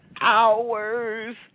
hours